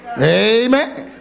amen